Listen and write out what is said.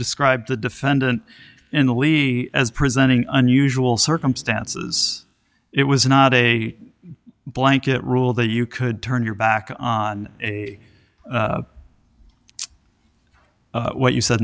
described the defendant in the levy as presenting unusual circumstances it was not a blanket rule that you could turn your back on what you said